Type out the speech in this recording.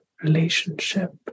relationship